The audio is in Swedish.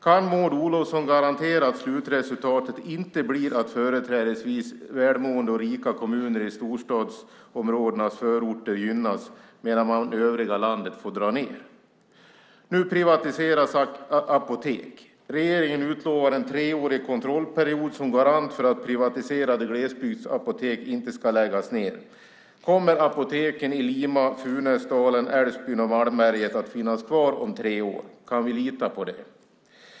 Kan Maud Olofsson garantera att slutresultatet inte blir att välmående och rika kommuner i storstadsområdenas förorter gynnas medan man i övriga landet får dra ned? Nu privatiseras apotek. Regeringen utlovar en treårig kontrollperiod som garant för att privatiserade glesbygdsapotek inte ska läggas ned. Kommer apoteken i Lima, Funäsdalen, Älvsbyn och Malmberget att finnas kvar om tre år? Kan vi lita på det?